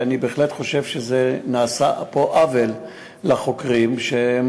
אני בהחלט חושב שנעשה פה עוול לחוקרים שהם